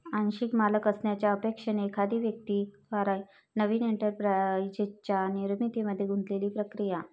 आंशिक मालक असण्याच्या अपेक्षेने एखाद्या व्यक्ती द्वारे नवीन एंटरप्राइझच्या निर्मितीमध्ये गुंतलेली प्रक्रिया